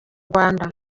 rwanda